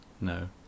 No